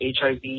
HIV